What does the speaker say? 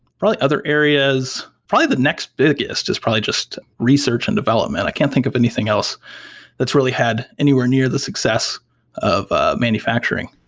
probably other areas probably the next biggest is probably just research and development. i can't think of anything else that's really had anywhere near the success of ah manufacturing.